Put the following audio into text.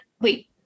wait